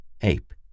Ape